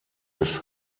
des